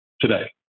today